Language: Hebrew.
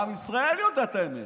עם ישראל יודע את האמת.